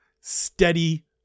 steady